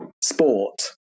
sport